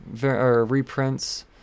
reprints